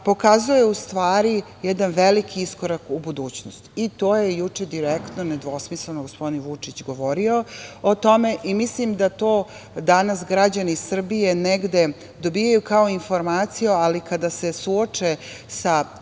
pokazuje u stvari jedan veliki iskorak u budućnost. To je juče direktno nedvosmisleno gospodin Vučić govorio o tome. Mislim da to danas građani Srbije negde dobijaju kao informaciju, ali kada se suoče sa